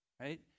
right